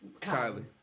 Kylie